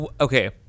Okay